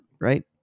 Right